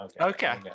okay